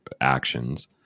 Actions